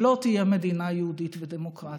שלא תהיה מדינה יהודית ודמוקרטית.